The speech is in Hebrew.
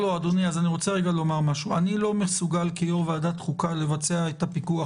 אני לא מסוגל כיושב-ראש ועדת החוקה לערוך את הפיקוח